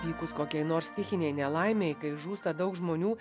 įvykus kokiai nors stichinei nelaimei kai žūsta daug žmonių